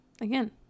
again